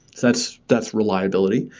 that's that's reliability.